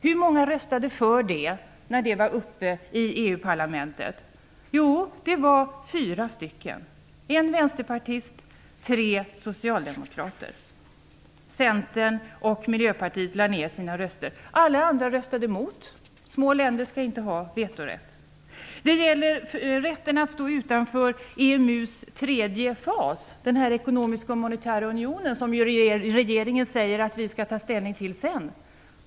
Hur många röstade för detta, när den frågan var uppe i EU-parlamentet? Jo, det var fyra stycken: en vänsterpartist och tre socialdemokrater. Centern och Miljöpartiet lade ned sina röster. Alla andra röstade emot. Små länder skall tydligen inte ha vetorätt. Det gäller rätten att stå utanför EMU:s tredje fas, den ekonomiska och monetära unionen, som ju regeringen säger att vi skall ta ställning till senare.